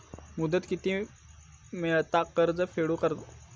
मुदत किती मेळता कर्ज फेड करून?